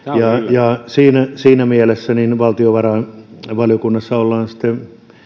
ja siinä siinä mielessä valtiovarainvaliokunnassa ollaan sitten